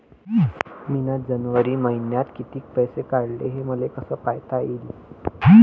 मिन जनवरी मईन्यात कितीक पैसे काढले, हे मले कस पायता येईन?